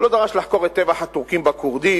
לא דרש לחקור את טבח הטורקים בכורדים,